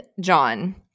John